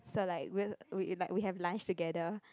so like we we like we have lunch together